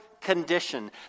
condition